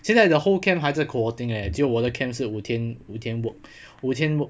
现在 like the whole camp 还在 quarantine leh 只有我的 camp 是五天五天 work 五天 work